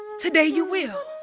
today you will,